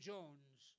Jones